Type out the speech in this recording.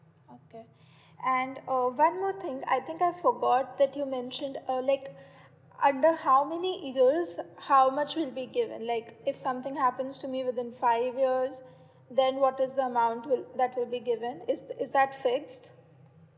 okay and uh one more thing I think I forgot that you mentioned uh like under how many years how much will be given like if something happens to me within five years then what is the amount will that will be given is is that fixed